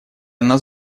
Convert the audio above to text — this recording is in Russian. нас